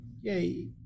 Yay